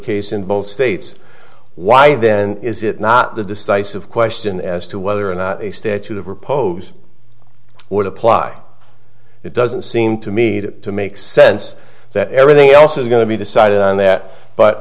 case in both states why then is it not the decisive question as to whether or not a statute of repose would apply it doesn't seem to me to make sense that everything else is going to be decided on that but